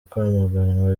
kwamaganwa